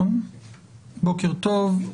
בוקר טוב,